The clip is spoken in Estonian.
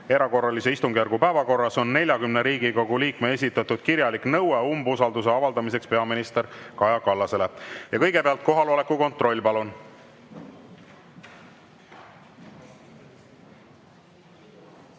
Erakorralise istungjärgu päevakorras on 40 Riigikogu liikme esitatud kirjalik nõue umbusalduse avaldamiseks peaminister Kaja Kallasele. Kõigepealt kohaloleku kontroll, palun!